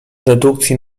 dedukcji